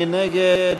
מי נגד?